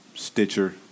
Stitcher